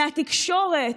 מהתקשורת,